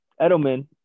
Edelman